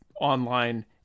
online